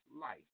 life